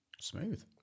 Smooth